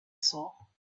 saw